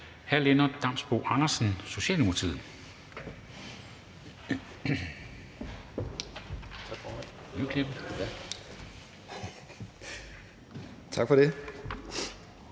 Hr. Lennart Damsbo-Andersen, Socialdemokratiet. Kl.